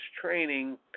Training